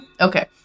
Okay